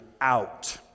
out